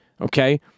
Okay